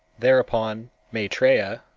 thereupon maitreya,